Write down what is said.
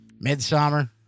Midsummer